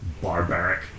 barbaric